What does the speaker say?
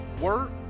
Work